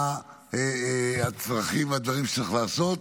מה הצרכים, מה הדברים שצריך לעשות,